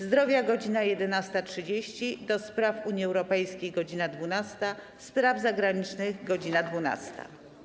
Zdrowia - godz. 11.30, - do Spraw Unii Europejskiej - godz. 12, - Spraw Zagranicznych - godz. 12.